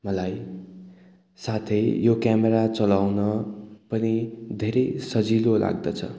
मलाई साथै यो क्यामेरा चलाउन पनि धेरै सजिलो लाग्दछ